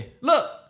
Look